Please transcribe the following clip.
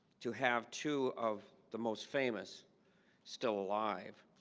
to have two of the most famous still alive,